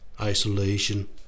isolation